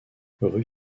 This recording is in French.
rue